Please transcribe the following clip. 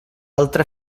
altra